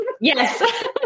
yes